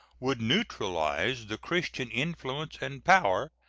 would neutralize the christian influence and power,